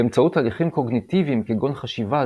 באמצעות תהליכים קוגניטיביים כגון חשיבה,